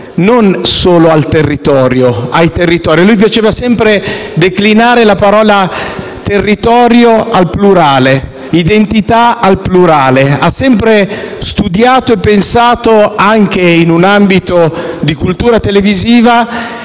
non solo al territorio: a lui piaceva sempre declinare le parole territorio e identità al plurale. Ha sempre studiato e pensato, anche in un ambito di cultura televisiva,